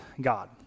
God